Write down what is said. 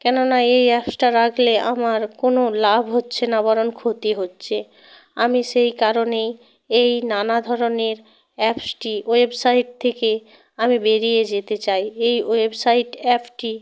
কেননা এই অ্যাপসটা রাখলে আমার কোনো লাভ হচ্ছে না বরং ক্ষতি হচ্ছে আমি সেই কারণেই এই নানা ধরনের অ্যাপসটি ওয়েবসাইট থেকে আমি বেরিয়ে যেতে চাই এই ওয়েবসাইট অ্যাপটি